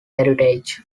heritage